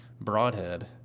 broadhead